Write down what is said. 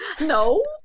No